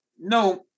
no